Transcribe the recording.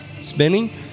Spinning